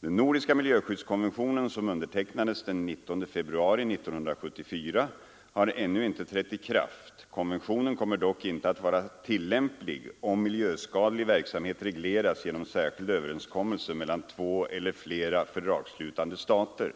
Den nordiska miljöskyddskonventionen, som undertecknades den 19 februari 1974, har ännu inte trätt i kraft. Konventionen kommer dock inte att vara tillämplig om miljöskadlig verksamhet regleras genom särskild överenskommelse mellan två eller flera fördragsslutande stater.